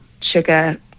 sugar